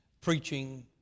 preaching